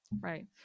Right